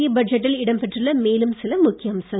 மத்திய பட்ஜெட்டில் இடம்பெற்றுள்ள மேலும் சில முக்கிய அம்சங்கள்